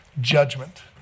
judgment